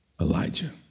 Elijah